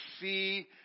see